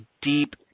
deep